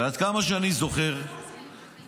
ועד כמה שאני זוכר --- אני חי פה,